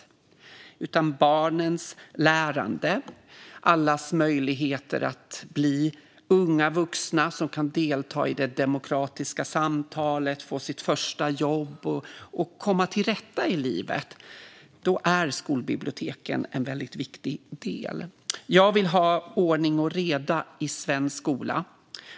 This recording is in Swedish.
När det gäller barnens lärande och allas möjligheter att bli unga vuxna som kan delta i det demokratiska samtalet, få sitt första jobb och komma till rätta i livet är skolbiblioteken en viktig del. Jag vill ha ordning och reda i svensk skola.